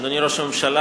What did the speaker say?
אדוני ראש הממשלה,